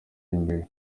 imbere